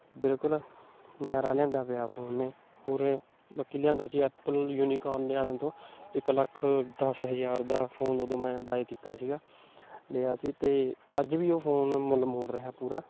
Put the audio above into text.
ਬਿਲਕੁਲ ਨਜ਼ਾਰਾ ਲਿਆਂਦਾ ਪਿਆ ਫੋਨ ਨੇ ਪੂਰੇ ਬਾਕੀ ਲਿਆਂਦਾ ਸੀ ਐਪਲ ਯੂਨੀਕੋਰਨ ਦੇ ਵਾਲਿਆਂ ਤੋਂ ਇੱਕ ਲੱਖ ਦਸ ਹਜ਼ਾਰ ਦਾ ਫੋਨ ਉਦੋਂ ਮੈਂ ਬਾਏ ਕੀਤਾ ਸੀਗਾ ਲਿਆ ਸੀ ਅਤੇ ਅੱਜ ਵੀ ਉਹ ਫੋਨ ਮੁੱਲ ਮੋੜ ਰਿਹਾ ਪੂਰਾ